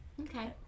Okay